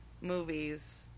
movies